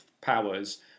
powers